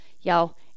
y'all